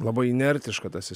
labai inertiška ta sis